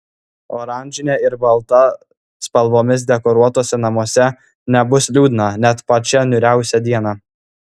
oranžine ir balta spalvomis dekoruotuose namuose nebus liūdna net pačią niūriausią dieną